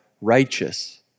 righteous